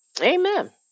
Amen